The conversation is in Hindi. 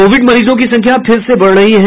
कोविड मरीजों की संख्या फिर से बढ़ रही है